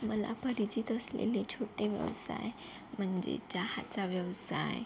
मला परिचित असलेले छोटे व्यवसाय म्हणजे चहाचा व्यवसाय